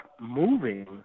moving